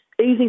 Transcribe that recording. Easy